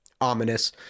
ominous